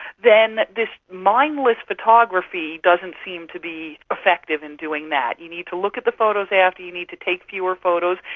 then this mindless photography doesn't seem to be effective in doing that. you need to look at the photos after, you need to take fewer photos,